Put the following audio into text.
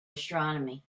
astronomy